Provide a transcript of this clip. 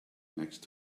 next